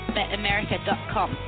BetAmerica.com